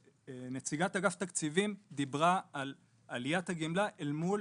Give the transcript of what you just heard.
נציגת אגף תקציבים דיברה על עליית הגמלה אל מול